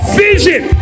vision